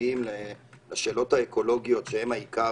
שנוגעים לשאלות האקולוגיות שהם עיקר